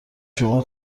شما